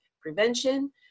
prevention